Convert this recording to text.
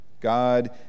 God